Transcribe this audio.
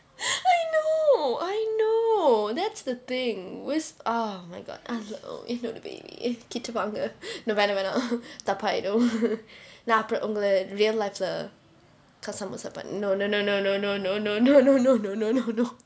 I know I know that's the thing with ah my god I know என்னோட:ennoda baby என் கிட்டே வாங்க:en kittae vaanga no வேண்டாம் வேண்டாம் தப்பா ஆயிரும் நான் அப்புறம் உங்களை:vaendaam vaendaam thappaa ayirum naan appuram ungalai real life லே கசா முசா:ille kasaa musaa but no no no no no no no no no no no no no no no